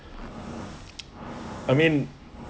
I mean